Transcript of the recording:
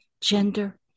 gender